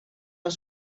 els